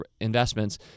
investments